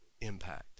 impact